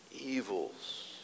Evils